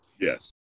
Yes